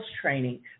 training